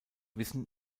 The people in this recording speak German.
wissen